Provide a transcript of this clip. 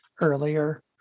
earlier